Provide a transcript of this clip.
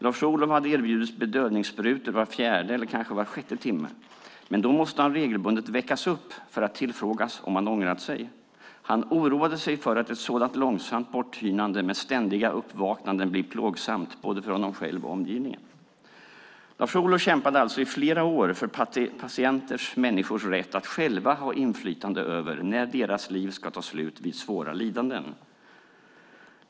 Lars-Olov hade erbjudits bedövningssprutor var fjärde eller kanske var sjätte timme. Men då måste han regelbundet väckas upp för att tillfrågas om han hade ångrat sig. Han oroade sig för att ett sådant långsamt borttynande med ständiga uppvaknanden skulle bli plågsamt, både för honom själv och för omgivningen. Lars-Olov kämpade alltså i flera år för patienters/människors rätt att själva ha inflytande över när deras liv ska ta slut vid svåra lidanden.